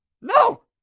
No